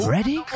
Ready